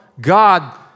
God